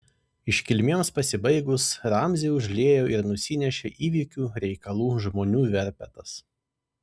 iškilmėms pasibaigus ramzį užliejo ir nusinešė įvykių reikalų žmonių verpetas